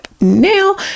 now